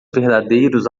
verdadeiros